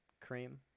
Cream